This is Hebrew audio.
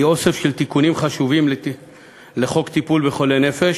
היא אוסף של תיקונים חשובים לחוק טיפול בחולי נפש